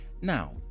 now